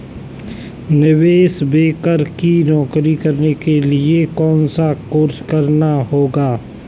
निवेश बैंकर की नौकरी करने के लिए कौनसा कोर्स करना होगा?